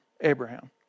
Abraham